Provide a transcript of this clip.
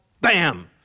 Bam